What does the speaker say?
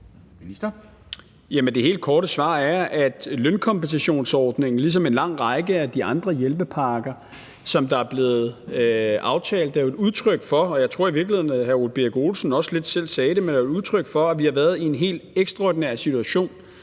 det helt korte svar er, at lønkompensationsordningen ligesom en lang række af de andre hjælpepakker, som er blevet aftalt, jo er et udtryk for – jeg tror i virkeligheden, at hr. Ole Birk Olesen også lidt selv sagde det – at vi har været i en helt ekstraordinær situation